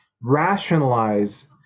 rationalize